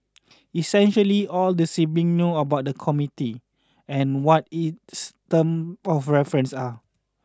essentially all the sibling know about the committee and what its term of reference are